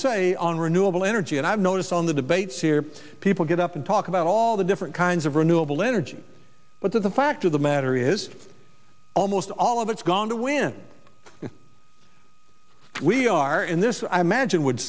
say on renewable energy and i've noticed on the debates here people get up to talk about all the different kinds of renewable energy but the fact of the matter is almost all of it's gone to win if we are in this i imagine would